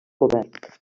obert